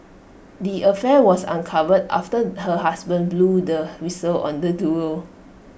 the affair was uncovered after her husband blew the whistle on the duo